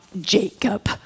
Jacob